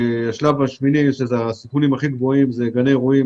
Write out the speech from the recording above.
בשלב השמיני הסיכונים הכי גבוהים, גני אירועים